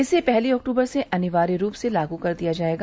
इसे पहली अक्टूबर से अनिवार्य रूप से लागू कर दिया जायेगा